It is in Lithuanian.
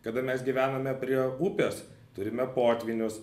kada mes gyvename prie upės turime potvynius